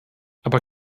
aber